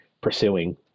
pursuing